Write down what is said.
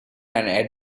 and